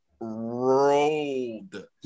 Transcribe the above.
rolled